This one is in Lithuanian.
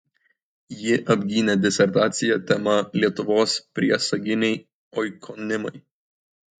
ji apgynė disertaciją tema lietuvos priesaginiai oikonimai